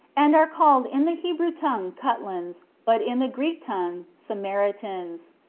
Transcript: and are called in the hebrew tongue cutlans, but in the greek tongue samaritans.